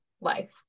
life